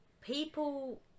people